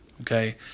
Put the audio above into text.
Okay